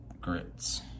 grits